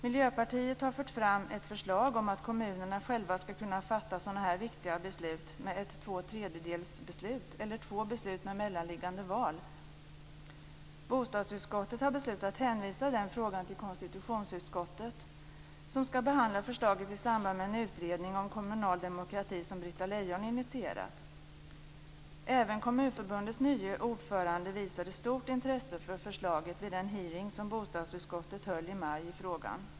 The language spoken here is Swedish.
Miljöpartiet har fört fram ett förslag om att kommunerna själva skall kunna fatta sådana här viktiga beslut med tvåtredjedelsmajoritet eller med två beslut med mellanliggande val. Bostadsutskottet har beslutat hänvisa den frågan till konstitutionsutskottet, som skall behandla förslaget i samband med en utredning om kommunal demokrati som Britta Även Kommunförbundets nye ordförande visade stort intresse för förslaget vid den hearing som bostadsutskottet höll i maj i frågan.